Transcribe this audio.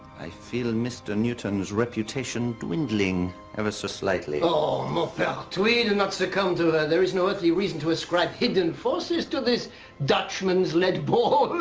i feel mr. newton's reputation dwindling ever so slightly. ah tweed and not succumb to that. there is no earthly reason to ascribe hidden forces to this dutchman's lead ball.